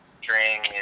string